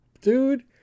dude